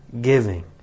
giving